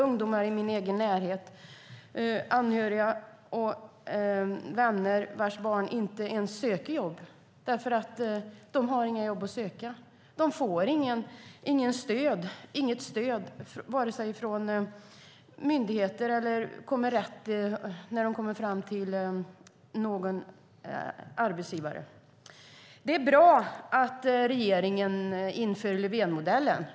Ungdomar i min egen närhet och anhörigas och vänners barn söker inte ens jobb därför att de inte har några jobb att söka. De får inget stöd från vare sig myndigheter eller arbetsgivare. Det är bra att regeringen inför Löfvenmodellen.